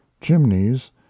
chimneys